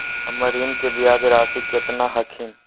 हमर ऋण के ब्याज रासी केतना हखिन?